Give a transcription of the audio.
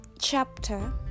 chapter